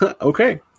Okay